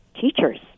teachers